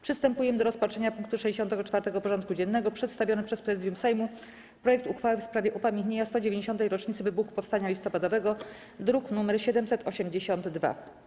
Przystępujemy do rozpatrzenia punktu 64. porządku dziennego: Przedstawiony przez Prezydium Sejmu projekt uchwały w sprawie upamiętnienia 190. rocznicy wybuchu Powstania Listopadowego (druk nr 782)